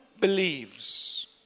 believes